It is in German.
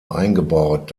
eingebaut